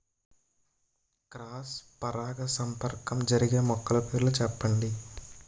Cross పరాగసంపర్కం జరిగే మొక్కల పేర్లు చెప్పండి?